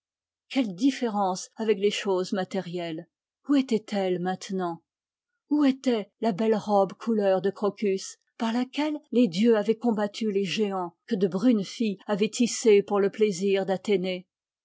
quelle différence avec les choses matérielles où étaient-elles maintenant où était la belle robe couleur de crocus par laquelle les dieux avaient combattu les géants que de brunes filles avaient tissée pour le plaisir